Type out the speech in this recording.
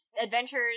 adventures